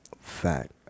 Fact